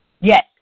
Yes